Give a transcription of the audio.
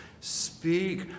speak